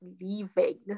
leaving